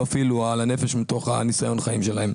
אפילו על הנפש מתוך ניסיון החיים שלהם.